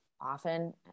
often